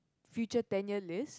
future ten year lists